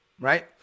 right